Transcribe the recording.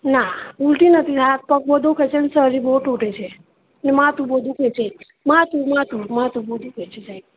ના ઉલટી નથી હાથપગ બહુ દુઃખે છે ને શરીર બહું તૂટે છે ને માથું બહું દુઃખે છે માથું માથું માથું બહું દુઃખે છે સાહેબ